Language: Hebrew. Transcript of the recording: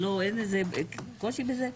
אין קושי בכך?